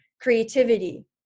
creativity